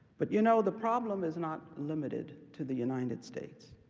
but you know the problem is not limited to the united states.